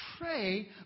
Pray